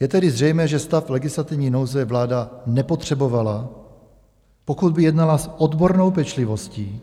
Je tedy zřejmé, že stav legislativní nouze vláda nepotřebovala, pokud by jednala s odbornou pečlivostí,